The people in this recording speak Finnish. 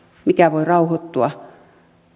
mikä voi rauhoittua